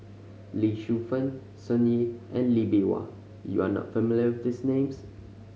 Lee Shu Fen Sun Yee and Lee Bee Wah you are not familiar with these names